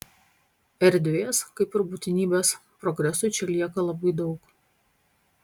erdvės kaip ir būtinybės progresui čia lieka labai daug